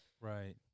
Right